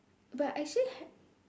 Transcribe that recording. but actually h~